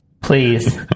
please